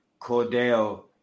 Cordell